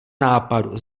nápadu